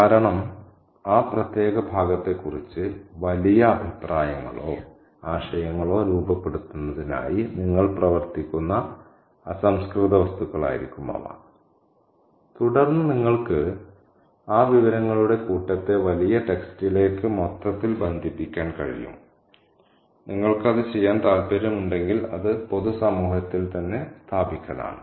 കാരണം ആ പ്രത്യേക ഭാഗത്തെക്കുറിച്ച് വലിയ അഭിപ്രായങ്ങളോ ആശയങ്ങളോ രൂപപ്പെടുത്തുന്നതിനായി നിങ്ങൾ പ്രവർത്തിക്കുന്ന അസംസ്കൃത വസ്തുക്കളായിരിക്കും അവ തുടർന്ന് നിങ്ങൾക്ക് ആ വിവരങ്ങളുടെ കൂട്ടത്തെ വലിയ ടെക്സ്റ്റിലേക്ക് മൊത്തത്തിൽ ബന്ധിപ്പിക്കാൻ കഴിയും നിങ്ങൾക്ക് അത് ചെയ്യാൻ താൽപ്പര്യമുണ്ടെങ്കിൽ അത് പൊതു സമൂഹത്തിൽ തന്നെ സ്ഥാപിക്കലാണ്